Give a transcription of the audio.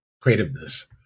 creativeness